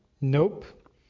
Nope